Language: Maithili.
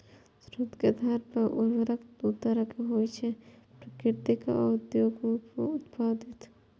स्रोत के आधार पर उर्वरक दू तरहक होइ छै, प्राकृतिक आ उद्योग मे उत्पादित